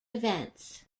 events